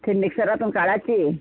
ती मिक्सरातून काढायची